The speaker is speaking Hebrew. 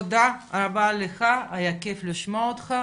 תודה רבה לך, היה כיף לשמוע אותך.